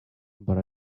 but